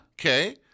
Okay